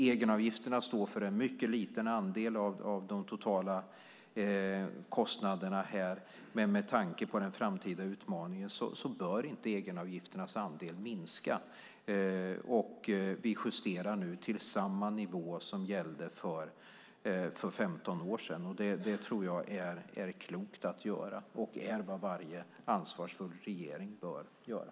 Egenavgifterna står för en mycket liten andel av de totala kostnaderna, men med tanke på den framtida utmaningen bör inte egenavgifternas andel minska. Vi justerar nu till samma nivå som gällde för 15 år sedan. Det tror jag är klokt att göra, och det är vad varje ansvarsfull regering bör göra.